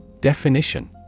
Definition